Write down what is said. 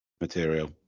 material